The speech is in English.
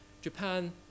Japan